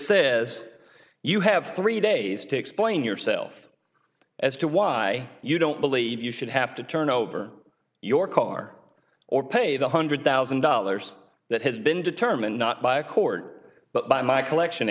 says you have three days to explain yourself as to why you don't believe you should have to turn over your car or pay the hundred thousand dollars that has been determined not by a court but by my collection